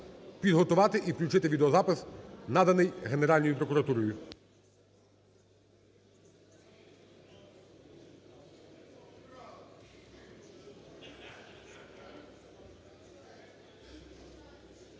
підготувати і включити відеозапис, наданий Генеральною прокуратурою.